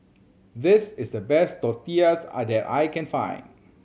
this is the best Tortillas I that I can find